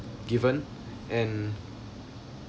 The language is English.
given and